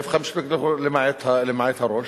הפכה למשותקת למעט הראש,